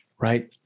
Right